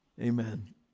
Amen